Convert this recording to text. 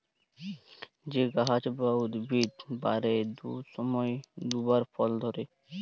যে গাহাচ বা উদ্ভিদ বারের দুট সময়ে দুবার ফল ধ্যরে